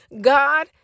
God